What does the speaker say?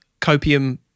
copium